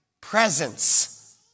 presence